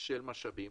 של משאבים,